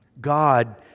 God